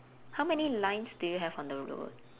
how many lines do you have on the road